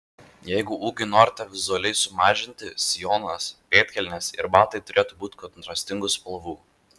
jei ūgį norite vizualiai sumažinti sijonas pėdkelnės ir batai turėtų būti kontrastingų spalvų